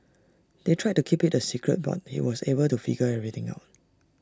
they tried to keep IT A secret but he was able to figure everything out